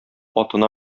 атына